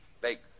Baker